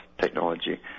technology